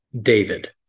David